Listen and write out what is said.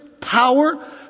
power